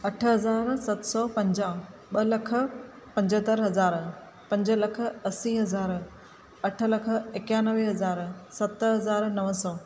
अठ हज़ार सत सौ पंजाहु ॿ लख पंजहतरि हज़ार पंज लख असीं हज़ार अठ लख एकानवे हज़ार सत हज़ार नव सौ